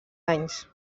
anys